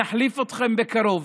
נחליף אתכם בקרוב